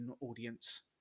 audience